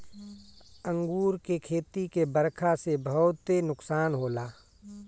अंगूर के खेती के बरखा से बहुते नुकसान होला